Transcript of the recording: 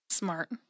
Smart